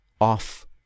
off